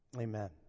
amen